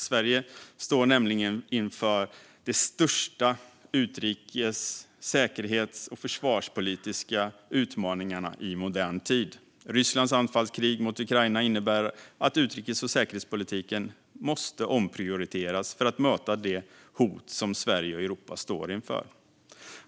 Sverige står nämligen inför de största utrikes, säkerhets och försvarspolitiska utmaningarna i modern tid. Rysslands anfallskrig mot Ukraina innebär att utrikes och säkerhetspolitiken måste omprioriteras för att möta de hot som Sverige och Europa står inför.